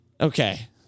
Okay